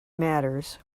matters